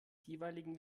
jeweiligen